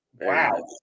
Wow